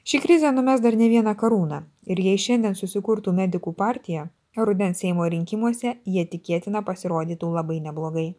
ši krizė numes dar vieną karūną ir jei šiandien susikurtų medikų partija rudens seimo rinkimuose jie tikėtina pasirodytų labai neblogai